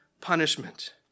punishment